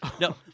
No